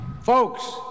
Folks